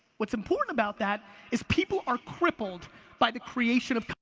what's important about that is people are crippled by the creation of